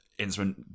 instrument